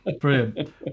Brilliant